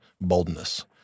boldness